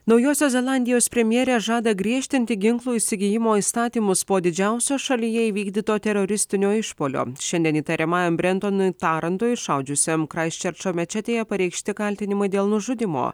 naujosios zelandijos premjerė žada griežtinti ginklų įsigijimo įstatymus po didžiausio šalyje įvykdyto teroristinio išpuolio šiandien įtariamajam brentonui tarantui šaudžiusiam kraisčerčo mečetėje pareikšti kaltinimai dėl nužudymo